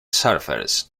surfers